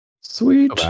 Sweet